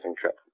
trip